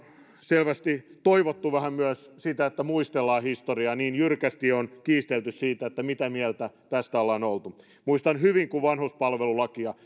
selvästi toivottu vähän myös sitä että muistellaan historiaa kun niin jyrkästi on kiistelty siitä että mitä mieltä tästä ollaan oltu muistan hyvin kun vanhuspalvelulakia